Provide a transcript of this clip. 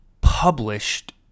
published